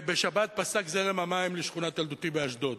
בשבת פסק זרם המים לשכונת ילדותי באשדוד.